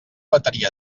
bateria